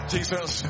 Jesus